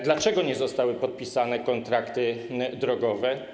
Dlaczego nie zostały podpisane kontrakty drogowe?